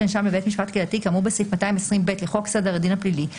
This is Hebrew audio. נאשם לבית משפט קהילתי כאמור בסעיף 220ב לחוק סדר הדין הפלילי,